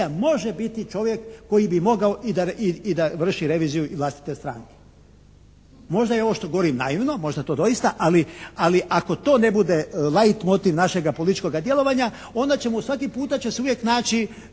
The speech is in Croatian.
može biti čovjek koji bi mogao i da vrši reviziju i vlastite stranke. Možda je ovo što govori naivno, možda to doista. Ali ako to ne bude lajt motiv našega političkoga djelovanja onda ćemo, svaki puta će se uvijek naći